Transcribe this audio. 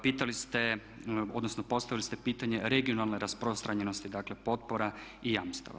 Pitali ste odnosno postavili ste pitanje regionalne rasprostranjenosti dakle potpora i jamstava.